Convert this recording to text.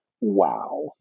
WOW